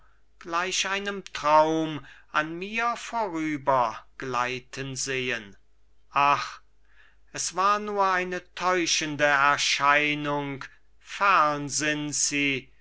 gleich einem traum an mir vorüber gleiten sehen ach es war nur eine täuschende erscheinung fern sind sie